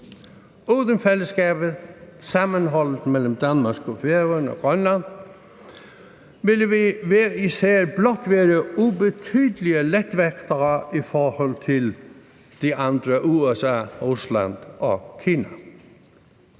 Uden fællesskabet – sammenholdet mellem Danmark, Færøerne og Grønland – ville vi hver især blot være ubetydelige letvægtere i forhold til de andre: USA, Rusland og Kina.